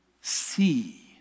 see